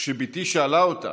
וכשבתי שאלה אותה: